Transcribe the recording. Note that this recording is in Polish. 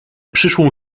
przyszłą